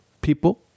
people